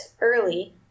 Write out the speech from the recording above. early